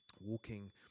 walking